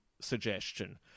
suggestion